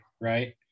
right